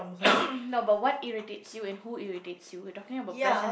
no but what irritates you and who irritates you we are talking about present